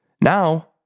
Now